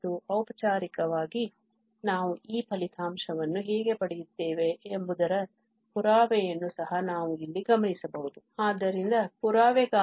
ಮತ್ತು ಔಪಚಾರಿಕವಾಗಿ ನಾವು ಈ ಫಲಿತಾಂಶವನ್ನು ಹೇಗೆ ಪಡೆಯುತ್ತೇವೆ ಎಂಬುದರ ಪುರಾವೆಯನ್ನು ಸಹ ನಾವು ಇಲ್ಲಿ ಗಮನಿಸಬಹುದು